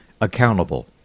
accountable